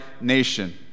nation